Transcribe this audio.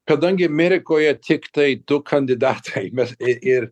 kadangi amerikoje tiktai du kandidatai mes ir ir